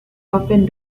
often